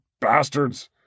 bastards